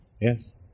Yes